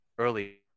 early